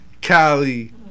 Cali